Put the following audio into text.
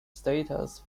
status